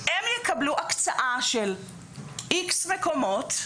שהם יקבלו הקצאה של X מקומות?